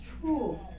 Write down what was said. true